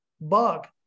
Bug